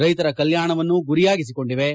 ರೈತರ ಕಲ್ಕಾಣವನ್ನು ಗುರಿಯಾಗಿಸಿಕೊಂಡಿವೆ